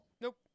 Nope